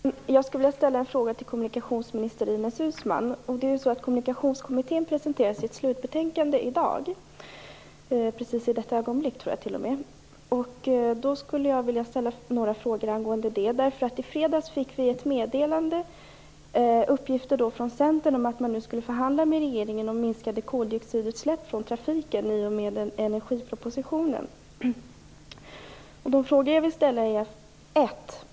Fru talman! Jag vill vända mig till kommunikationsminister Ines Uusmann. Kommunikationskommittén presenterar ju sitt slutbetänkande i dag, jag tror t.o.m. att det sker precis i detta ögonblick. I fredags fick vi uppgifter från Centern om att man i och med energipropositionen skulle förhandla med regeringen om minskade koldioxidutsläpp från trafiken. Jag vill då ställa följande frågor: 1.